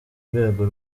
rwego